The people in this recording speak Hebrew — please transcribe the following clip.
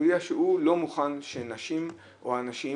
הוא הודיע שהוא לא מוכן שנשים או אנשים